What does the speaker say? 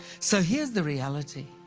so here's the reality.